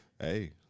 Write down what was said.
Hey